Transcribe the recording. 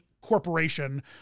corporation